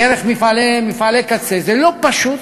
דרך מפעלי קצה זה לא פשוט,